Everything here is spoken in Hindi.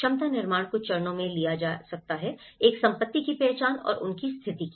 क्षमता निर्माण कुछ चरणों में लिया जा सकता है एक संपत्ति की पहचान और उनकी स्थिति है